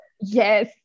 yes